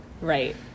Right